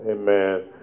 Amen